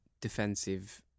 defensive